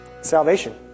Salvation